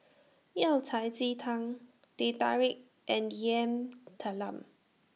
Yao Cai Ji Tang Teh Tarik and Yam Talam